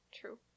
True